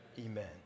Amen